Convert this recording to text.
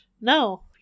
no